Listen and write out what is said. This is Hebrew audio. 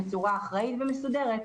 בצורה אחראית ומסודרת.